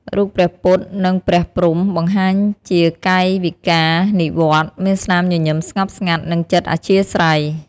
រូបព្រះពុទ្ធ និង ព្រះព្រហ្ម បង្ហាញជាកាយវិការនិវ័ន្ត មានស្នាមញញឹមស្ងប់ស្ងាត់ និងចិត្តអធ្យាស្រ័យ។